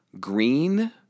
green